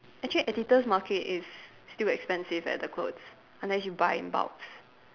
actually Editor's Market is still expensive eh the clothes unless you buy in bulks